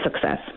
success